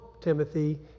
Timothy